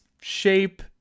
shape